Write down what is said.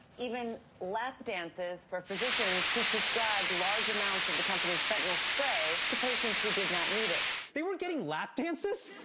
even lap dances for physicians who prescribed large amounts of the company's fentanyl spray to patients who did not need it. they were getting lap dances?